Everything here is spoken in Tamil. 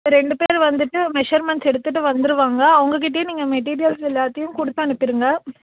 ரெண்டு பேர் வந்துட்டு மெஷர்மண்ட்ஸ் எடுத்துகிட்டு வந்துடுவாங்க அவங்கக் கிட்டேயே நீங்கள் மெட்டீரியல்ஸ் எல்லாத்தையும் கொடுத்து அனுப்பிடுங்க